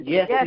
Yes